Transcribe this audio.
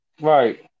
Right